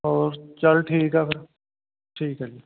ਹੋਰ ਚੱਲ ਠੀਕ ਆ ਫਿਰ ਠੀਕ ਹੈ